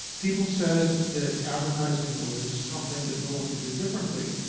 people said that the advertising was something that no one could do differently,